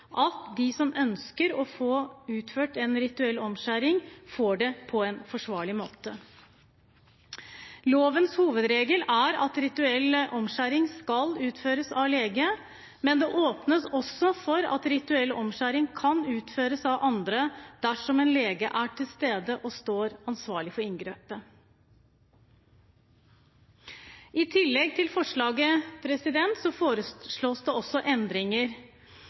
at de som ønsker å få utført en rituell omskjæring, får det på en forsvarlig måte. Lovens hovedregel er at rituell omskjæring skal utføres av lege, men det åpnes også for at rituell omskjæring kan utføres av andre dersom en lege er til stede og står ansvarlig for inngrepet. I tillegg til forslaget foreslås det også endringer.